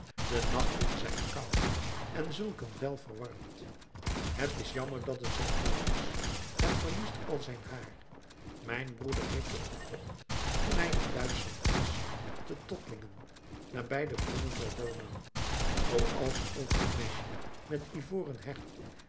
de nachten zijn koud en zulk een vel verwarmt t is jammer dat het zoo oud is het verliest al zijn haar mijn broeder heeft het gekocht toen hij in duitschland was te tottlingen nabij de bronnen van den donau zooals ook het mesje met ivoren hecht